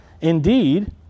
Indeed